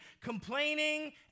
complaining